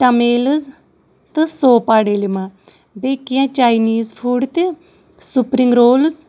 tamales تہٕ سوپا ڈیلِما بیٚیہِ کینٛہہ چاینیٖز فُڈ تہِ سُپرِنٛگ رولٕز